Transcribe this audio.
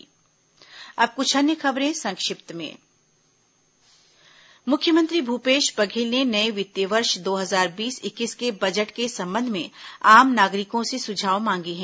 संक्षिप्त समाचार अब कुछ अन्य खबरें संक्षिप्त में मुख्यमंत्री भूपेश बघेल ने नए वित्तीय वर्ष दो हजार बीस इक्कीस के बजट के संबंध में आम नागरिकों से सुझाव मांगे हैं